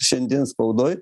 šiandien spaudoj